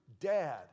dad